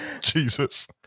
Jesus